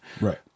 right